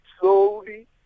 slowly